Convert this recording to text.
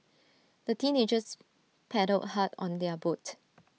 the teenagers paddled hard on their boat